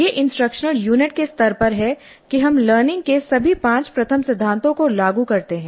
यह instructional unit के स्तर पर है कि हम लर्निंग के सभी पाँच प्रथम सिद्धांतों को लागू करते हैं